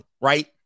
Right